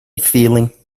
feeling